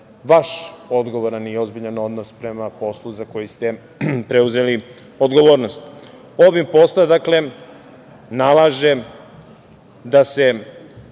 vaš odgovoran i ozbiljan odnos prema poslu za koji ste preuzeli odgovornost. Obim posla nalaže da se